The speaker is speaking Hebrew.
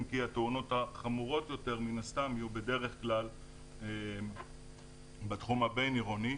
אם כי התאונות החמורות יותר מן הסתם יהיו בדרך כלל בתחום הבין-עירוני.